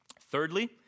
Thirdly